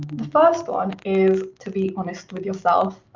the first one is to be honest with yourself.